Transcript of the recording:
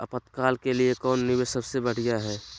आपातकाल के लिए कौन निवेस सबसे बढ़िया है?